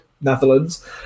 Netherlands